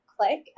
click